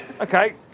Okay